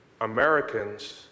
Americans